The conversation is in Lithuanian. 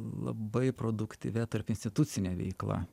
labai produktyvia tarpinstitucine veikla